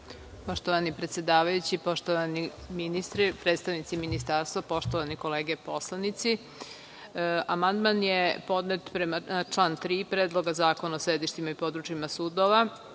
Poštovani predsedavajući, poštovani ministre, predstavnici Ministarstva, poštovane kolege poslanici, amandman je podnet na član 3. Predloga zakona o sedištima i područjima sudova,